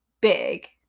big